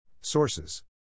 Sources